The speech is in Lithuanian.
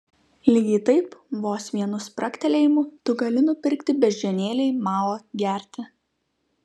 lygiai taip vos vienu spragtelėjimu tu gali nupirkti beždžionėlei mao gerti